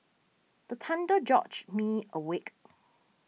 the thunder George me awake